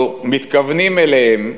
או מתכוונים אליהם,